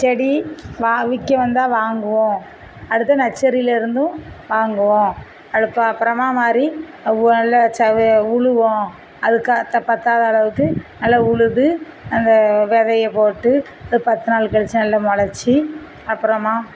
செடி வா விற்க வந்தால் வாங்குவோம் அடுத்து நர்சரியில் இருந்தும் வாங்குவோம் அதில் ப பிரமாமாரி நல்லா சதய உழுவோம் அதுக்க த பத்தாத அளவுக்கு நல்லா உழுது அந்த விதைய போட்டு அது பத்து நாள் கழித்து நல்லா முளச்சி அப்புறமா